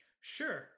sure